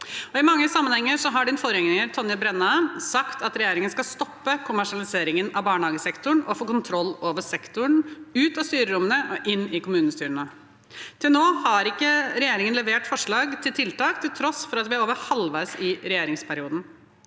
«I mange sammenhenger har Tonje Brenna sagt at regjeringa skal «stoppe kommersialiseringen av barnehagesektoren og få kontrollen over sektoren ut av styrerommene og inn i kommunestyrene». Til nå har ikke regjeringen levert forslag til tiltak, til tross for at vi er over halvveis i regjeringsperioden.